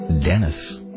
Dennis